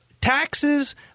Taxes